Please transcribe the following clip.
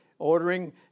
ordering